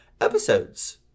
episodes